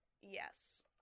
Yes